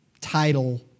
title